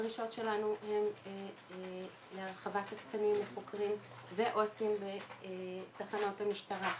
הדרישות שלנו הן להרחבת התקנים לחוקרים ועוס"ים בתחנות המשטרה.